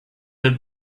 had